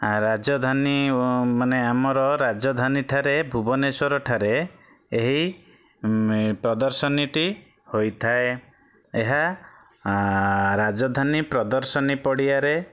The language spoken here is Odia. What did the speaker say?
ଆ ରାଜଧାନୀ ମାନେ ଆମର ରାଜଧାନୀ ଠାରେ ଭୁବନେଶ୍ୱର ଠାରେ ଏହି ପ୍ରଦର୍ଶନୀଟି ହୋଇଥାଏ ଏହା ଆ ରାଜଧାନୀ ପ୍ରଦର୍ଶନୀ ପଡ଼ିଆରେ